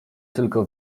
tylko